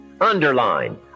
Underline